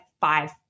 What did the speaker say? five